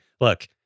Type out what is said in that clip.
look